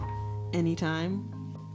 anytime